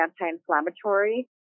anti-inflammatory